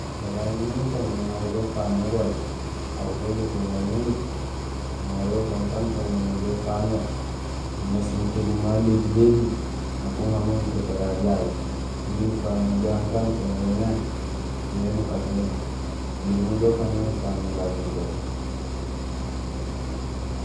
Éraaj éni ucaméén éŋa yo béfaaŋ négol aw béjok yo gañéni nuŋa yo ubang taan ucaméén mé béfaaŋ yo nuŋéés mutégum maléhi léhi nak uŋa mo nuték éraaj yayu miin ufaaŋ yo jaraam taan ucaméén yo mé ñé nukat yo mé oli, mo inja ukaan mé nufaaŋ éraaj négool.